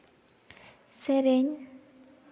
ᱥᱮᱨᱮᱧ